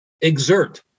exert